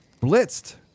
Blitzed